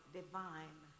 divine